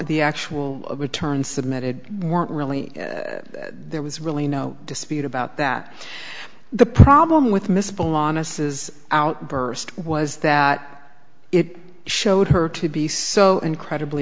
the actual return submitted weren't really there was really no dispute about that the problem with miss ball on a says outburst was that it showed her to be so incredibly